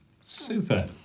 Super